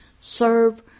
serve